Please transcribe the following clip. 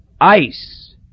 Ice